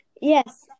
Yes